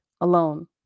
Alone